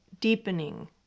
deepening